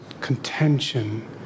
contention